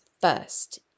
first